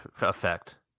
effect